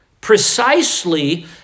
precisely